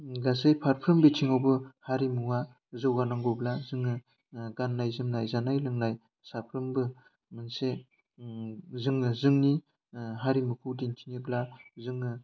गासै फारफ्रोम बिथिङावबो हारिमुवा जौगानांगौब्ला जोङो गान्नाय जोमनाय जानाय लोंनाय साफ्रोम्बो मोनसे जोङो जोंनि हारिमुखौ दिन्थिनोब्ला जोङो